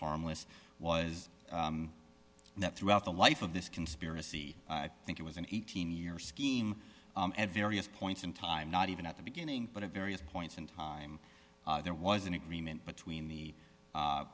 harmless was that throughout the life of this conspiracy i think it was an eighteen year scheme at various points in time not even at the beginning but at various points in time there was an agreement between the